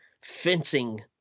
fencing